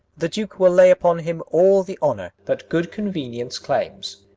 the duke will lay upon him all the honour that good convenience claims.